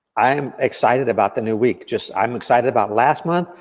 i'm excited about the new week, just, i'm excited about last month,